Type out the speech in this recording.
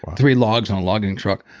three logs on a logging truck.